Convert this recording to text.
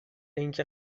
اینکه